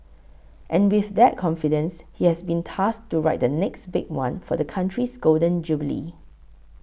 and with that confidence he has been tasked to write the next big one for the country's Golden Jubilee